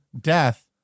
death